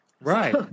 right